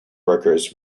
workers